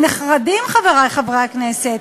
הם נחרדים, חברי חברי הכנסת,